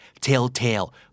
Telltale